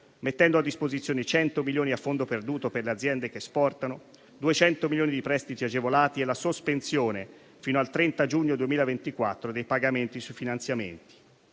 mettendo a disposizione 100 milioni a fondo perduto per le aziende che esportano; 200 milioni di prestiti agevolati e la sospensione fino al 30 giugno 2024 dei pagamenti sui finanziamenti.